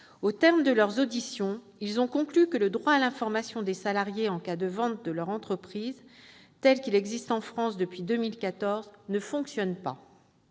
Au terme de leurs auditions, ils ont conclu que le droit à l'information des salariés en cas de vente de leur entreprise, tel qu'il existe en France depuis 2014, ne fonctionne pas.